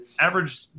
Average